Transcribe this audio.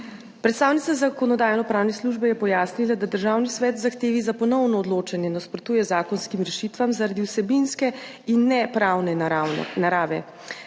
Predstavnica Zakonodajno-pravne službe je pojasnila, da Državni svet v zahtevi za ponovno odločanje nasprotuje zakonskim rešitvam zaradi vsebinske in ne pravne narave.